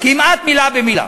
כמעט מילה במילה.